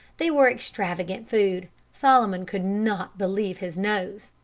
they were extravagant food. solomon could not believe his nose.